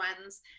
ones